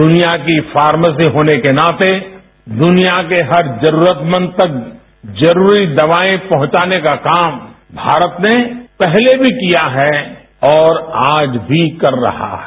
दुनिया की फार्मेसी होने के नाते दुनिया के हर जरूरतमंद तक जरूरी दवाएं पहुंचाने का काम भारत ने पहले भी किया है और आज भी कर रहा है